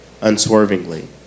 unswervingly